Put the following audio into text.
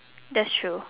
that's true